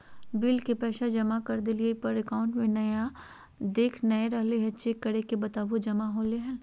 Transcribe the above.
Bill के पैसा जमा कर देलियाय है पर अकाउंट में देखा नय रहले है, चेक करके बताहो जमा होले है?